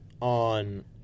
on